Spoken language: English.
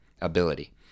Ability